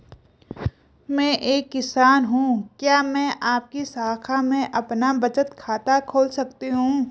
मैं एक किसान हूँ क्या मैं आपकी शाखा में अपना बचत खाता खोल सकती हूँ?